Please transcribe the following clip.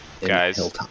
Guys